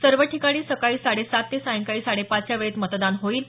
सर्व ठिकाणी सकाळी साडे सात ते सायंकाळी साडे पाच या वेळेत मतदान होईल